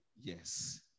Yes